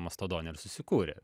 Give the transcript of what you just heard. mastodone ir susikūrė